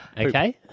Okay